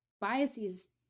biases